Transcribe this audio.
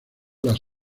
las